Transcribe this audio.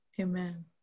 Amen